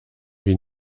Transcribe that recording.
wie